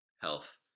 health